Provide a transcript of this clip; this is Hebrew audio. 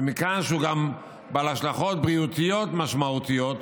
ומכאן שהוא גם בעל השלכות בריאותיות משמעותיות,